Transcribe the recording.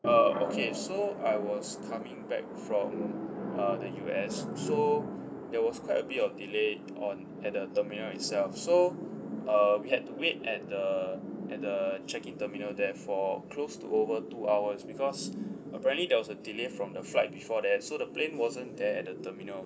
uh okay so I was coming back from uh the U_S so there was quite a bit of delay on at the terminal itself so uh we had to wait at the at the check in terminal there for close to over two hours because apparently there was a delay from the flight before that so the plane wasn't there at the terminal